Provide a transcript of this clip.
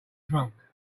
drunk